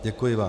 Děkuji vám.